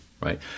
right